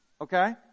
Okay